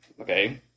okay